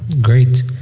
great